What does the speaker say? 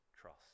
trust